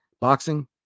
boxing